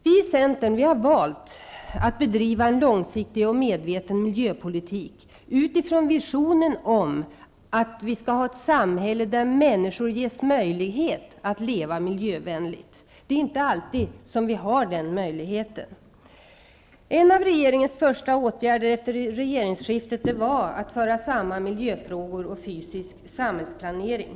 Vi i Centern har valt att bedriva en långsiktig och medveten miljöpolitik utifrån visionen om att man skall ha ett samhälle där människor ges möjlighet att leva miljövänligt. Det är inte alltid som vi har den möjligheten. En av regeringens första åtgärder efter regeringsskiftet var att föra samman miljöfrågor och fysisk samhällsplanering.